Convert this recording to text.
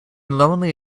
lonely